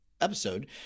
episode